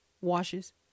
washes